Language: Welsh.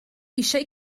eisiau